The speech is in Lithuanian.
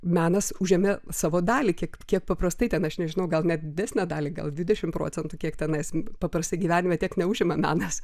menas užėmė savo dalį kiek kiek paprastai ten aš nežinau gal net didesnę dalį gal dvidešimt procentų kiek tenais paprastai gyvenime tiek neužima menas